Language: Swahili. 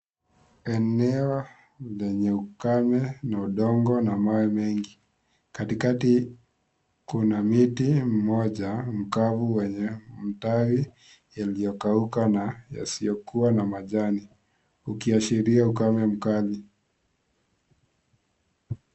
Eneo lenye ukame na udongo na mawe mingi, katikati kuna miti mmoja mkavu wenye mtawi yaliyokauka na yasiyokua na majani ukiashiria ukame mkali.